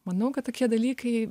manau kad tokie dalykai